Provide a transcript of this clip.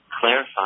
clarify